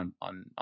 on